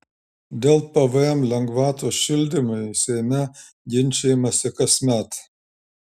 dėl pvm lengvatos šildymui seime ginčijamasi kasmet